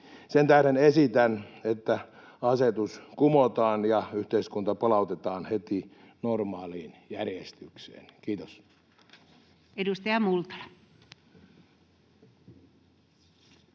Sen tähden esitän, että asetus kumotaan ja yhteiskunta palautetaan heti normaaliin järjestykseen. — Kiitos. Edustaja Multala.